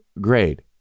grade